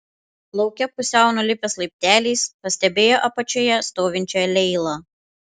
lauke pusiau nulipęs laipteliais pastebėjo apačioje stovinčią leilą